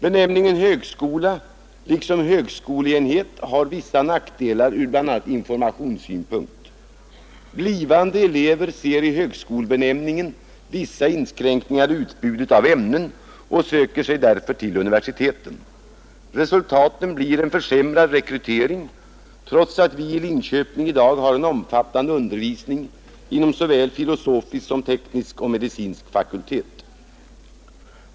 Benämningen högskola har liksom högskolenhet vissa nackdelar ur bl.a. informationssynpunkt. Blivande elever ser i högskolbenämningen vissa inskränkningar i utbudet av ämnen och söker sig därför till universiteten. Resultatet blir en försämrad rekrytering trots att vi i Linköping i dag har en omfattande undervisning inom såväl filosofisk som teknisk och medicinsk fakultet.